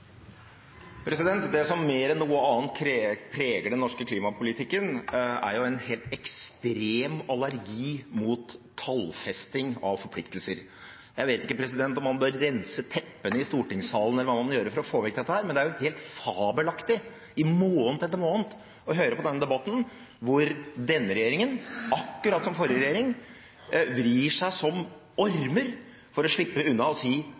en helt ekstrem allergi mot tallfesting av forpliktelser. Jeg vet ikke om man bør rense teppene i stortingssalen, eller hva man må gjøre for å få vekk denne, men det er helt fabelaktig i måned etter måned å høre på denne debatten, hvor denne regjeringen, akkurat som forrige regjering, vrir seg som ormer for å slippe unna å si